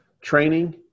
training